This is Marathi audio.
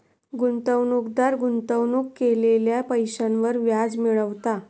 गुंतवणूकदार गुंतवणूक केलेल्या पैशांवर व्याज मिळवता